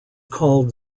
called